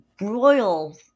royal